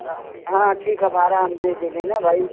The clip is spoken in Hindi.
हाँ हाँ ठीक है भाड़ा हम दे देंगे ना भाई